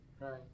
Right